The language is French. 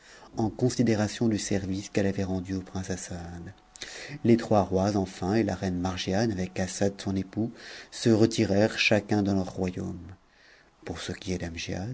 en considération du service qu'elle avait rendu au prince assad les trois rois enfin et la rei margiane avec assad son époux se retirèrent chacun dans leurroyaum pour ce qui est